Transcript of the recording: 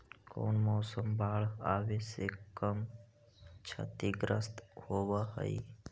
कौन फसल बाढ़ आवे से कम छतिग्रस्त होतइ?